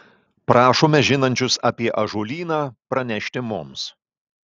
prašome žinančius apie ąžuolyną pranešti mums